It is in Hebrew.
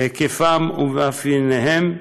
בהיקפם ומאפייניהם,